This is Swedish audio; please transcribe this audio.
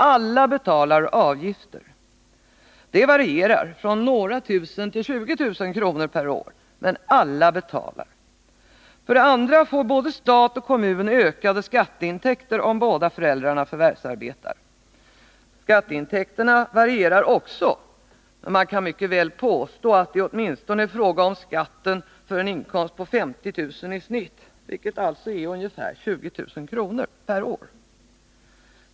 Alla betalar avgifter. De varierar från några tusen kronor till 20 000 kr. per år, men alla betalar. För det andra får både stat och kommun ökade skatteintäkter om båda föräldrarna förvärvsarbetar. Skatteintäkterna varierar också, men man kan mycket väl påstå att det åtminstone är frågan om skatten för en inkomst på 50 000 i snitt, vilket sålunda är ungefär 20 000 kr. per år.